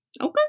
Okay